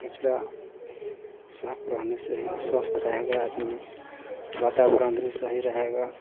कचरा साफ रहने से ही स्वस्थ रहेगा आदमी वातावरण भी सही रहेगा